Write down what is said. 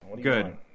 Good